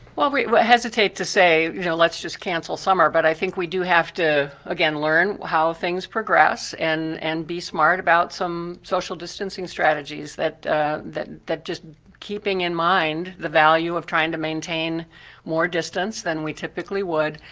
well, we hesitates to say you know let's just cancel summer but i think we do have to, again, learn how things progress and and be smart about some social distancing strategies that that just keeping in mind the value of trying to maintain more distance than we typically would,